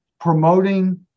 promoting